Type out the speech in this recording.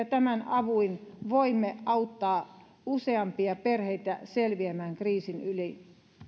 tämän avuin voimme auttaa useampia perheitä selviämään kriisin yli